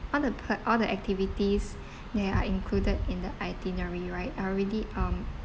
all the pe~ all the activities there are included in the itinerary right are already um